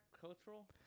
cultural